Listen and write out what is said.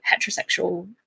heterosexual